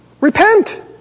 repent